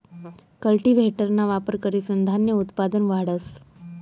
कल्टीव्हेटरना वापर करीसन धान्य उत्पादन वाढस